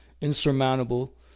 insurmountable